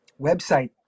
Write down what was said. website